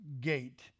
gate